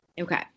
Okay